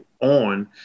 on